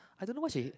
I don't know why she